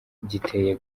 giteye